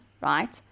right